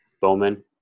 Bowman